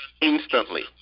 instantly